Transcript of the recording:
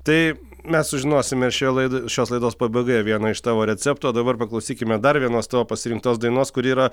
tai mes sužinosime šioje laido šios laidos pabaigoje vieną iš tavo receptų o dabar paklausykime dar vienos tavo pasirinktos dainos kuri yra